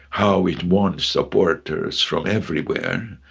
how it won supporters from everywhere,